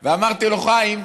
ואמרתי לו: חיים,